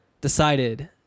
decided